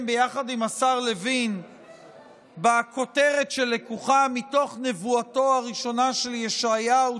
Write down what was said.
ביחד עם השר לוין בכותרת שלקוחה מתוך נבואתו הראשונה של ישעיהו,